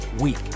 week